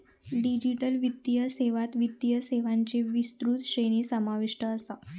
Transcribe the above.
digital वित्तीय सेवात वित्तीय सेवांची विस्तृत श्रेणी समाविष्ट असा